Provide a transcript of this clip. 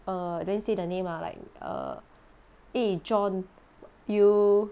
err then say the name lah like err eh john you